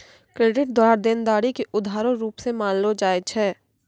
credit द्वारा देनदारी के उधारो रूप मे मानलो जाय छै